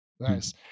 Nice